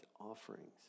offerings